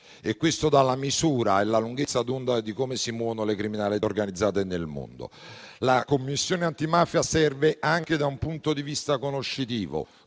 e questo dà la misura e la lunghezza d'onda di come si muovono le criminalità organizzate nel mondo. La Commissione antimafia serve anche da un punto di vista conoscitivo.